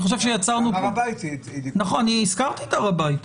גם בהר הבית --- נכון, אני הזכרתי את הר הבית.